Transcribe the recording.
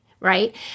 right